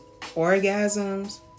orgasms